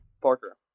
Parker